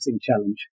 challenge